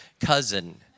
cousin